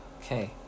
Okay